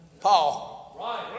Paul